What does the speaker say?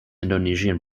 indonesian